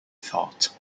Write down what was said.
thought